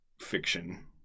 fiction